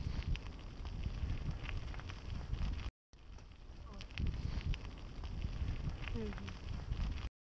ᱚ ᱦᱩᱸ ᱦᱩᱸ